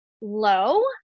low